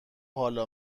حالا